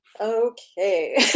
Okay